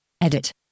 Edit